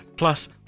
Plus